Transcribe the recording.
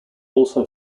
also